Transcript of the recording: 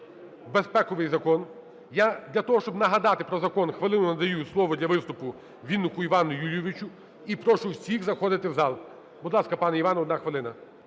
–безпековий закон. Я, для того щоб нагадати про закон, хвилину надаю слово для виступу Віннику Івану Юлійовичу. І прошу всіх заходити в зал. Будь ласка, пане Іван, одна хвилина.